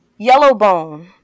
Yellowbone